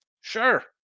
Sure